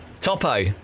Topo